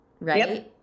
right